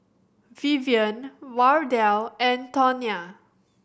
Vivian Wardell and Tonya